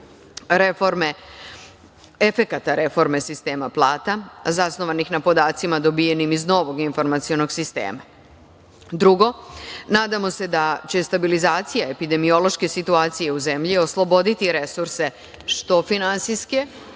analiza, efekata reforme sistema plata zasnovanih na podacima dobijenim iz novog informacionog sistema. Drugo, nadamo se da će stabilizacija epidemiološke situacije u zemlji osloboditi resurse, što finansijske,